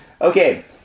Okay